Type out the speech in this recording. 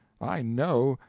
i know,